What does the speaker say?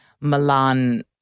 Milan